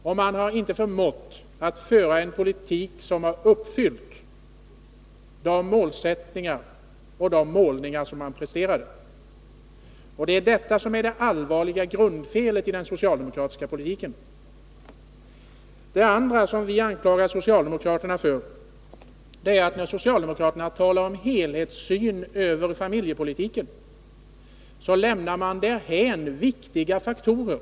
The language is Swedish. De har inte förmått att föra en politik som uppfyllt de målsättningar och motsvarat den bild som angivits. Detta är det allvarliga grundfelet i den socialdemokratiska politiken. Det andra vi anklagar socialdemokraterna för är att de, när de talar om en helhetssyn på familjepolitiken, lämnar därhän viktiga faktorer.